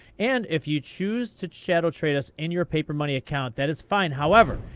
and if you choose to shadow trade us in your paper money account, that is fine. however,